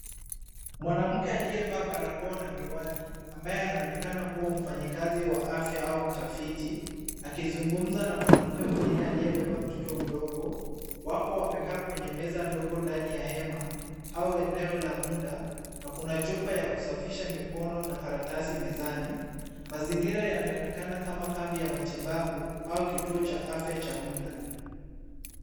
Mwanamke aliyevaa barakoa na miwani, ambaye anaonekana kuwa mfanyakazi wa afya au mtafiti, akizungumza na mwanamke mwingine aliyebeba mtoto mdogo, wako wamekaa kwenye meza ndogo ndani ya hema au eneo la muda, na kuna chupa ya kusafisha mikono na karatasi mezani. Mazingira yanaonekana kama kambi ya matibabu au kituo cha afya cha muda.